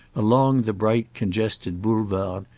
along the bright congested boulevard,